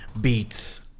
beats